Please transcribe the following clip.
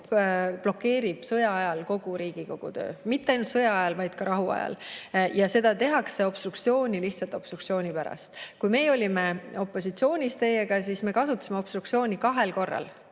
blokeerib sõjaajal kogu Riigikogu töö ja mitte ainult sõjaajal, vaid ka rahuajal. Tehakse obstruktsiooni lihtsalt obstruktsiooni pärast. Kui meie olime opositsioonis, siis me kasutasime obstruktsiooni kahel korral.